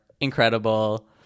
incredible